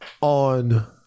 on